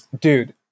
Dude